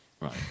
right